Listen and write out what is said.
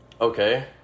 Okay